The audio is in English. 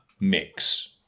mix